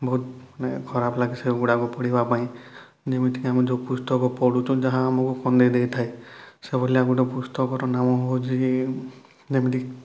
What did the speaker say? ବହୁତ ମାନେ ଖରାପ ଲାଗେ ସେଗୁଡ଼ାକ ପଢ଼ିବା ପାଇଁ ଯେମିତିକି ଆମେ ଯେଉଁ ପୁସ୍ତକ ପଢ଼ୁଛୁ ଯାହା ଆମକୁ କନ୍ଦେଇ ଦେଇଥାଏ ସେହିଭଳିଆ ଗୋଟେ ପୁସ୍ତକର ନାମ ହେଉଛି ଯେମିତିକି